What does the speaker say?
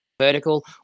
vertical